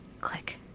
Click